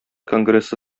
конгрессы